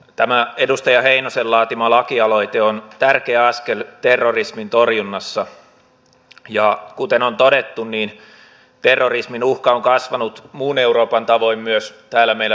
tämä edustaja heinosen laatima lakialoite on tärkeä askel terrorismin torjunnassa ja kuten on todettu terrorismin uhka on kasvanut muun euroopan tavoin myös täällä meillä suomessa